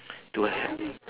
to ha~